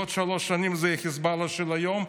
בעוד שלוש שנים זה יהיה חיזבאללה של היום,